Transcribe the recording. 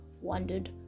wandered